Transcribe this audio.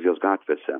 jos gatvėse